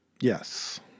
Yes